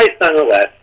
nonetheless